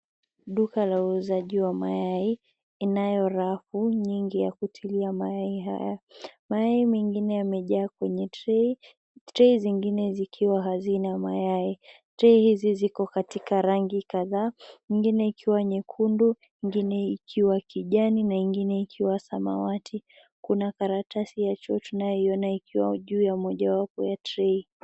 Duka la uuzaji wa mayai inayorafu nyingi ya kutilia mayai haya , mayai mengine yamejaa kwenye (cs)tray(cs) ,(cs)tray (cs) zingine zikiwa hazina mayai ,(cs)tray(cs) hizi ziko katika rangi kadhaa , ingine ikiwa nyekundu, ingine ikiwa kijani na ingine ikiwa samawati kuna karatasi ya choo tunayoiona juu ya mojawapo ya (cs)tray (cs).